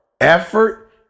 effort